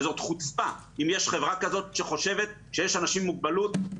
וזאת חוצפה אם יש חברה כזאת שחושבת שיש אנשים עם מוגבלות,